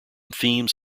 themes